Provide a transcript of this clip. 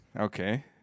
Okay